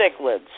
cichlids